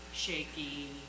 Shaky